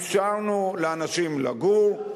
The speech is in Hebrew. אפשרנו לאנשים לגור,